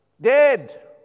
dead